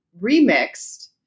remixed